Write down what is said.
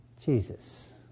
Jesus